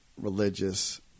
religious